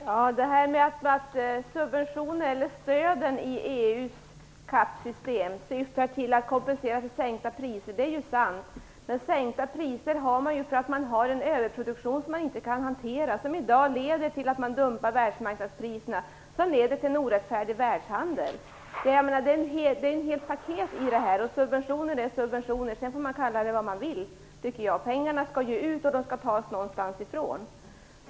Fru talman! Det är sant att stöden i EU:s CAP system syftar till att kompensera för sänkta priser. Men sänkta priser har man ju därför att man har en överproduktion som man inte kan hantera, och detta leder i dag till en dumpning av världsmarknadspriserna och till en orättfärdig världshandel. Det är här fråga om ett helt paket. Subventioner är subventioner, sedan får man kalla det vad man vill. Pengarna skall ut, och de skall tas någonstans ifrån.